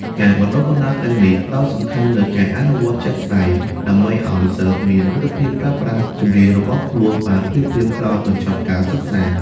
ការបណ្តុះបណ្តាលទាំងនេះផ្តោតសំខាន់លើការអនុវត្តជាក់ស្តែង ដើម្បីឱ្យសិស្សមានលទ្ធភាពប្រើប្រាស់ជំនាញរបស់ខ្លួនបានភ្លាមៗក្រោយបញ្ចប់ការសិក្សា។